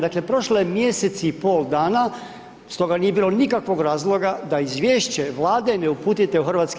Dakle, prošlo je mjesec i pol dana, stoga nije bilo nikakvog razloga da izvješće Vlade ne uputite u HS.